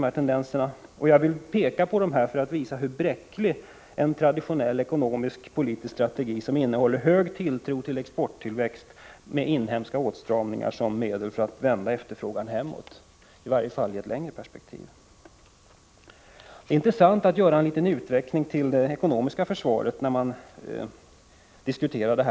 Jag vill peka på dessa förhållanden för att visa hur bräcklig en traditionell ekonomisk-politisk strategi som innehåller hög tilltro till exporttillväxt och inhemska åtstramningar som medel för att vända efterfrågan hemåt är, i varje fall i ett litet längre perspektiv. Det är intressant att göra en liten utveckling till det ekonomiska försvaret när man diskuterar detta.